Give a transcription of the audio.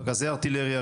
פגזי ארטילריה,